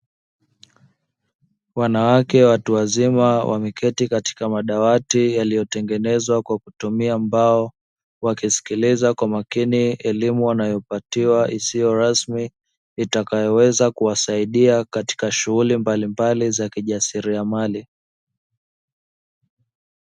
Wanawake watu wazima wameketi katika madawati yaliyotengenezwa kwa kutumia mbao, wakisikiliza kwa makini elimu wanayopatiwa isiyo rasmi itakayoweza kuwasaidia katika shughuli mbalimbali za kijasiriamali.